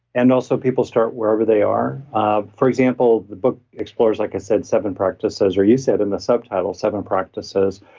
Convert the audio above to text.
and also people start wherever they are um for example, the book explores, like i said, seven practices or you said in the subtitle seven practices.